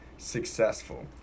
successful